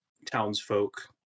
Townsfolk